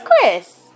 Chris